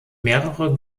mehrere